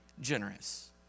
generous